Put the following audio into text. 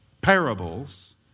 parables